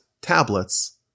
tablets